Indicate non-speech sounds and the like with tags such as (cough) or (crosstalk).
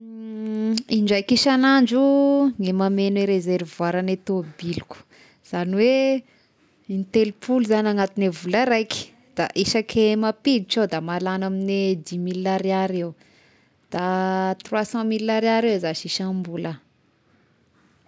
(hesitation) Indraika isan'andro ny mamegno reservoir ny tôbiliko izany hoe in-telopolo izany anatiny vola raika, da isaky mampiditra iaho da mahalany amin'ny dix mille ariary eo, da troix cent mille ariary eo zashy isam-bola.